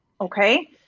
Okay